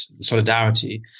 solidarity